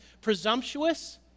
presumptuous